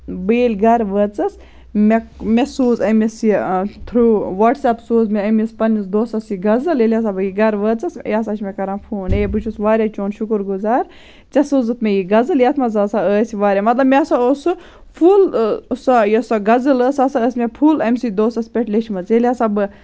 بہٕ ییٚلہِ گرٕ وٲژٕس مےٚ مےٚ سوٗز أمِس یہِ تھرٛوٗ وٹسایپ سوٗز مےٚ أمِس پَنٛنِس دوسس یہِ غزل ییٚلہِ ہسا بہٕ یہِ گرٕ وٲژٕس یہِ ہسا چھُ مےٚ کران فون ہے بہٕ چھُس وارِیاہ چون شُکُر گُزار ژےٚ سوٗزُتھ مےٚ یہِ غزل یتھ منٛز ہسا ٲسۍ وارِیاہ مطلب مےٚ ہسا اوس سُہ فُل سۄ یۄس غزل ٲس سۄ ہسا ٲسۍ مےٚ فُل امہِ سی دوستس پٮ۪ٹھ لیٚچھمٕژ ییٚلہِ ہسا بہٕ